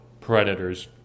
Predators